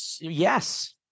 Yes